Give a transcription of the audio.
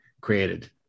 created